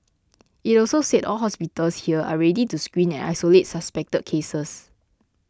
it also said all hospitals here are ready to screen and isolate suspected cases